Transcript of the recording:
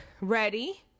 ready